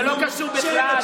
זה לא קשור בכלל.